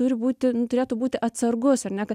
turi būti nu turėtų būti atsargus ar ne kad